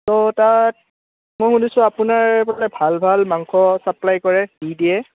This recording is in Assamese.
তো তাত মই শুনিছোঁ আপোনাৰ বোলে ভাল ভাল মাংস চাপ্লাই কৰে দি দিয়ে